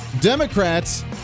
Democrats